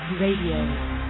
Radio